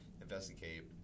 investigate